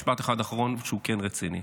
משפט אחד אחרון שהוא כן רציני: